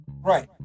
Right